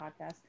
podcast